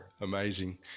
Amazing